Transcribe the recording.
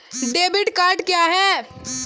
Debit card क्या है?